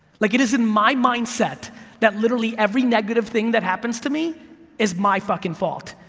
like it is in my mindset that literally every negative thing that happens to me is my fucking fault.